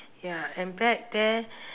ya and back then